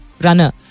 runner